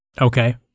Okay